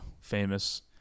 famous